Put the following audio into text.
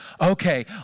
Okay